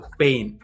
pain